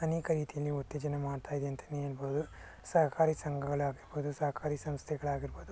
ಅನೇಕ ರೀತಿಯಲ್ಲಿ ಉತ್ತೇಜನ ಮಾಡ್ತಾಯಿದೆ ಅಂತಲೇ ಹೇಳ್ಬೋದು ಸಹಕಾರಿ ಸಂಘಗಳಾಗಿರ್ಬೋದು ಸರ್ಕಾರಿ ಸಂಸ್ಥೆಗಳಾಗಿರ್ಬೋದು